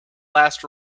last